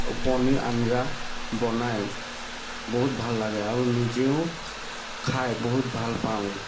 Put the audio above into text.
পনীৰ আঞ্জা বনাই বহুত ভাল লাগে আৰু নিজেও খাই বহুত ভাল পাওঁ